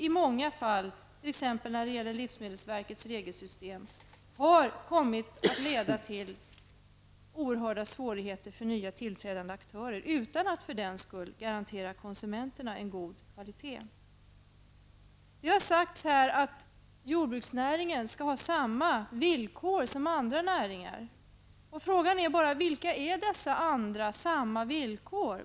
I många fall, t.ex. när det gäller livsmedelsverkets regelsystem, har det dock i stället kommit att leda till oerhörda svårigheter för nytillträdande aktörer, utan att konsumenterna för den sakens skull garanteras en god kvalitet. Det har sagts här att jordbruksnäringen skall ha samma villkor som andra näringar. Frågan är bara vilka dessa villkor skall vara?